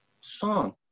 song